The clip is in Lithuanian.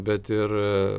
bet ir